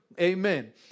Amen